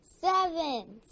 seven